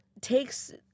takes